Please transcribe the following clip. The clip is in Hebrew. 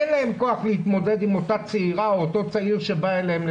אין להם כוח להתמודד עם אותם צעיר או צעירה שבאים אליהם,